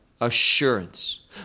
assurance